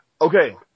Okay